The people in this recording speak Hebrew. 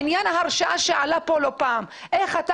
עניין ההרשאה שעלה פה לא פעם איך אתה